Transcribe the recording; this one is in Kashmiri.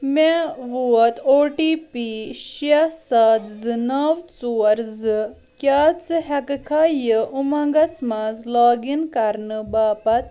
مےٚ ووت او ٹی پی شےٚ سَتھ زٕ نَو ژور زٕ کیٛاہ ژٕ ہیٚکہِ کھا یِہ اُمنٛگس منٛز لاگ اِن کَرنہٕ باپَتھ